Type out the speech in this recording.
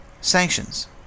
Sanctions